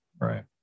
Right